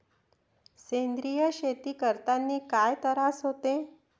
सेंद्रिय शेती करतांनी काय तरास होते?